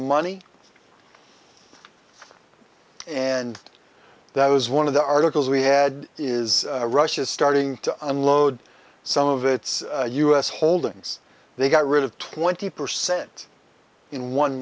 money and that was one of the articles we had is russia starting to unload some of its u s holdings they got rid of twenty percent in one